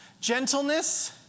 Gentleness